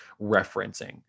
referencing